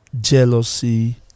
jealousy